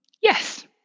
Yes